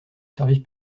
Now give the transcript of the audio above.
service